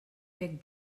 bec